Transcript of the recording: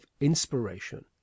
inspiration